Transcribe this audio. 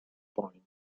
point